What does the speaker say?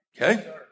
Okay